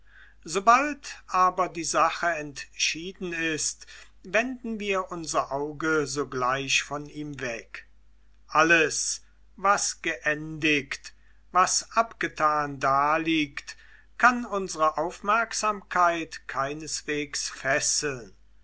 sobald aber die sache entschieden ist wenden wir unser auge sogleich von ihm weg alles was geendigt was abgetan daliegt kann unsre aufmerksamkeit keineswegs fesseln